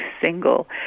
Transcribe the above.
single